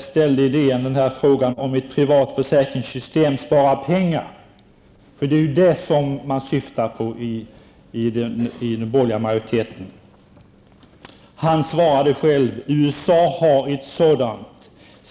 ställde där frågan om ett privat försäkringssystem sparar pengar -- det är det som den borgerliga majoriteten syftar till. Han svarade själv: USA har ett sådant.